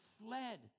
fled